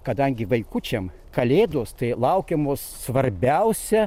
kadangi vaikučiam kalėdos tai laukiamos svarbiausia